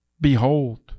Behold